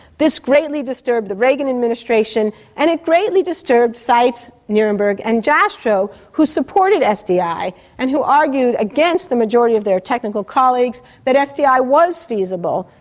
this greatly disturbed the reagan administration and it greatly disturbed seitz, nierenberg and jastrow, who supported sdi and who argued against the majority of their technical colleagues that sdi was feasible,